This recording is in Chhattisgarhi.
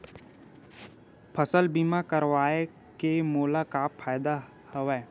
फसल बीमा करवाय के मोला का फ़ायदा हवय?